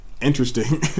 interesting